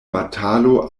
batalo